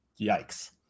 yikes